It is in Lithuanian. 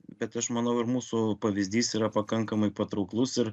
bet aš manau ir mūsų pavyzdys yra pakankamai patrauklus ir